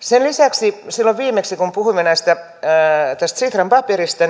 sen lisäksi silloin viimeksi kun puhuimme tästä sitran paperista